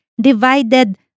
divided